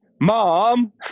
Mom